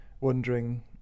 wondering